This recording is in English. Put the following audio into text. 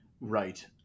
Right